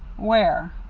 where?